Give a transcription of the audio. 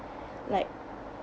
like